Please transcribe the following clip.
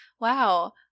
wow